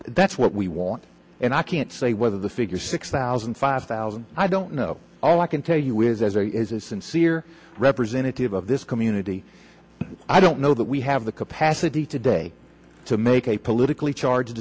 that's what we want and i can't say whether the figure six thousand five thousand i don't know all i can tell you is as a sincere representative of this community i don't know that we have the capacity today to make a politically charged